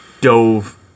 dove